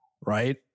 right